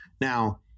Now-